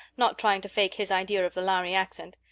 not trying to fake his idea of the lhari accent.